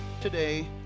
Today